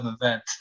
event